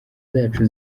zacu